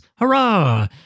Hurrah